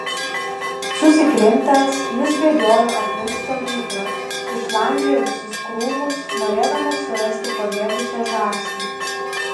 susikrimtęs jis bėgiojo aplink stovyklą išlandžiojo visus krūmus norėdamas surasti pabėgusią žąsį